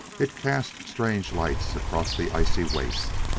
it cast strange lights across the icy waste.